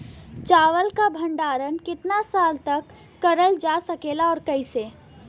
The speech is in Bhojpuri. चावल क भण्डारण कितना साल तक करल जा सकेला और कइसे?